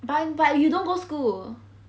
but but you don't go school